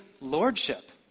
lordship